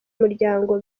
umuryango